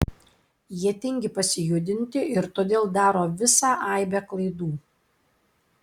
jie tingi pasijudinti ir todėl daro visą aibę klaidų